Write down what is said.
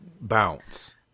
bounce